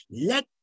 Let